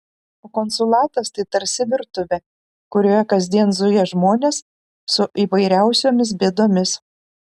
o konsulatas tai tarsi virtuvė kurioje kasdien zuja žmonės su įvairiausiomis bėdomis